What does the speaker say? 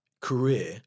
career